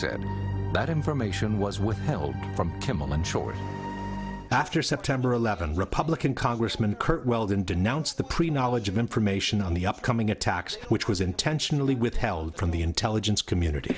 said that information was withheld from kimelman shortly after september eleventh republican congressman curt weldon denounced the pre knowledge of information on the upcoming attacks which was intentionally withheld from the intelligence community